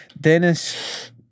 Dennis